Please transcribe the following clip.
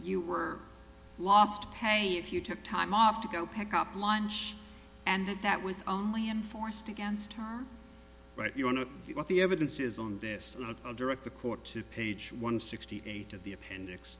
you were lost pay if you took time off to go pick up lunch and that was only enforced against her but if you want to see what the evidence is on this not direct the court to page one sixty eight of the appendix